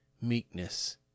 meekness